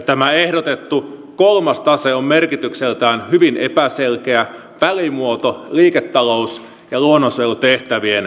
tämä ehdotettu kolmas tase on merkitykseltään hyvin epäselkeä välimuoto liiketalous ja luonnonsuojelutehtävien välissä